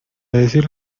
decir